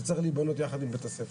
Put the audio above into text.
זה צריך להיבנות יחד עם בית-הספר.